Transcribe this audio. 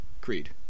Creed